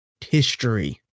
history